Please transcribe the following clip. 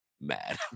mad